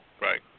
Right